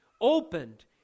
opened